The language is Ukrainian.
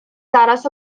зараз